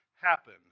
happen